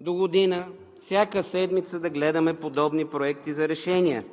догодина всяка седмица да гледаме подобни проекти за решения.